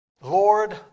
Lord